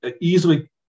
easily